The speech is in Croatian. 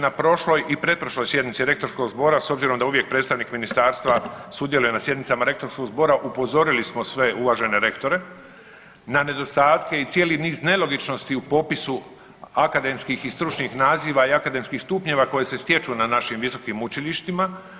Na prošloj i pretprošloj sjednici Rektorskog zbora, s obzirom da uvijek predstavnik Ministarstva sudjeluje na sjednicama Rektorskog zbora, upozorili smo sve uvažene rektore na nedostatke i cijeli niz nelogičnosti u popisu akademskih i stručnih naziva i akademskih stupnjeva koji se stječu na našim visokim učilištima.